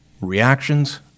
reactions